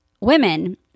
women